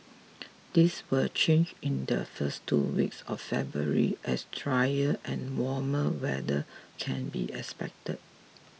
this will change in the first two weeks of February as drier and warmer weather can be expected